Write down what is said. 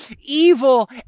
evil